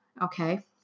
okay